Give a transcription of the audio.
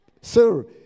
Sir